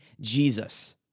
Jesus